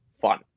fun